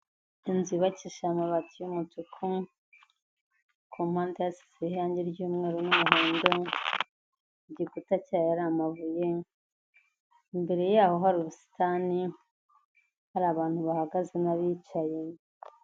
Inzu yubakishije amabati y'umutuku, ku mpande hasizeho irange ry'umweru n'umuhando, igikuta cyayo ari amabuye, imbere yaho hari ubusitani, hari abantu bahagaze n'abicaye.